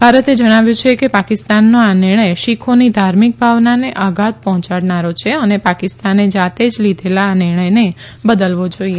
ભારતે જણાવ્યું છે કે પાકિસ્તાનનો આ નિર્ણય શીખોની ધાર્મિક ભાવનાને આધાત પહોંચાડનારો છે અને પાકિસ્તાને જાતે જ લીધેલા આ નિર્ણયને બદલવો જોઈએ